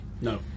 No